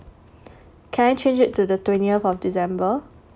can I change it to the twentieth of december